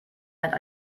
einen